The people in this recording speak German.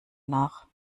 nach